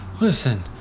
Listen